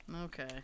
Okay